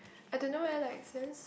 I don't know eh like since